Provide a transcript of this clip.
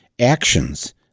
actions